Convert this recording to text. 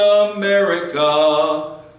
America